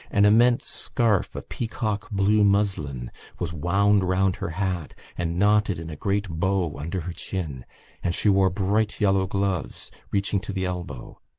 an immense scarf of peacock-blue muslin was wound round her hat and knotted in a great bow under her chin and she wore bright yellow gloves, reaching to the elbow.